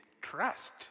trust